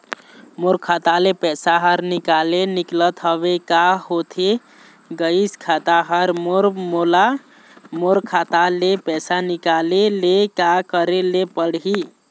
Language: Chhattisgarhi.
मोर खाता ले पैसा हर निकाले निकलत हवे, का होथे गइस खाता हर मोर, मोला मोर खाता ले पैसा निकाले ले का करे ले पड़ही?